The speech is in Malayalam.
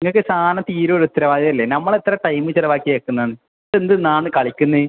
നിങ്ങൾക്ക് സാധനം തീരെ ഒര് ഉത്തരവാദിത്തം ഇല്ലേ നമ്മൾ എത്ര ടൈമ് ചിലവാക്കിയേക്കുന്നതാണ് ഇത് എന്തുന്നാണ് കളിക്കുന്നത്